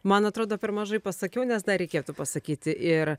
man atrodo per mažai pasakiau nes dar reikėtų pasakyti ir